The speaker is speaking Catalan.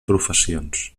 professions